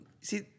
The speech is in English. see